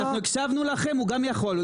אנחנו הקשבנו לכם, הוא גם יכול.